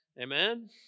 Amen